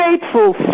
Faithful